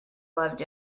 loved